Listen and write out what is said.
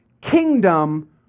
kingdom